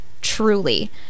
Truly